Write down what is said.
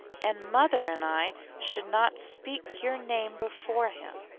and mother and i should not speak your name before him.